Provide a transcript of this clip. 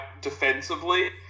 defensively